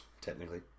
technically